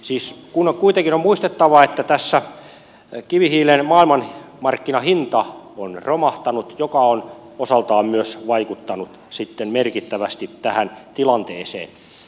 siis kuitenkin on muistettava että tässä kivihiilen maailmanmarkkinahinta on romahtanut mikä on osaltaan myös vaikuttanut sitten merkittävästi tähän tilanteeseen